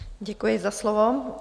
Děkuji za slovo.